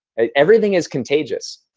everything is contagious.